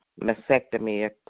mastectomy